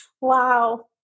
Wow